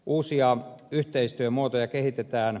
uusia yhteistyömuotoja kehitetään